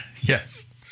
Yes